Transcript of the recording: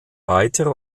weitere